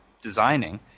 designing